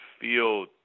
feel